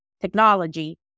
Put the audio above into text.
technology